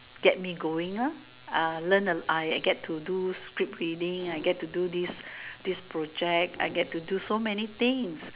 get me going ah uh learn uh I I get to do script reading I get to do this this project I get to do so many things